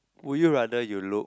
would you rather you look